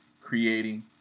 creating